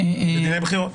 בשלב הזה הבקשה שלנו,